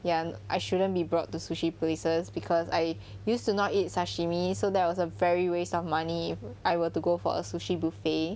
ya I shouldn't be brought to sushi places because I used to not eat sashimi so that was a very waste of money if I were to go for a sushi buffet